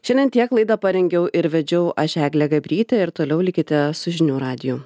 šiandien tiek laidą parengiau ir vedžiau aš eglė gabrytė ir toliau likite su žinių radiju